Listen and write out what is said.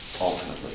ultimately